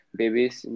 babies